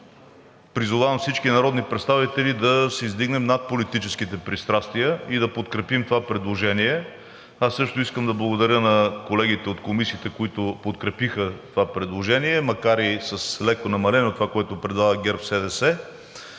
призовавам всички народни представители да се издигнем над политически пристрастия и да подкрепим това предложение. Аз също искам да благодаря на колегите от Комисията, които подкрепиха това предложение, макар и леко намалено на това, което предлага ГЕРБ-СДС.